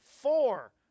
four